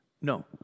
No